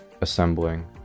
assembling